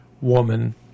woman